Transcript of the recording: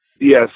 Yes